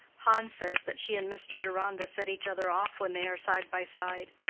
hans says that she and mr. deronda set each other off when they are side by side.